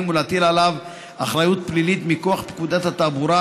ולהטיל עליו אחריות פלילית מכוח פקודת התעבורה,